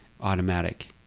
automatic